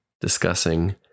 discussing